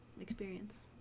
experience